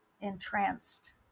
entranced